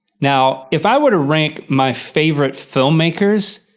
now, if i were to rank my favorite filmmakers.